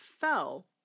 fell